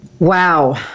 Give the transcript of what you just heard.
Wow